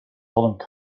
told